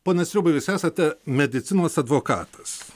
pone sriubai jūs esate medicinos advokatas